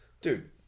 dude